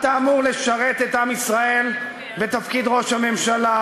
אתה אמור לשרת את עם ישראל בתפקיד ראש הממשלה